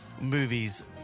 movies